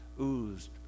oozed